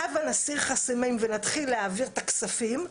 "הבה נסיר חסמים ונתחיל להעביר את הכספים",